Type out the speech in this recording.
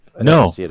No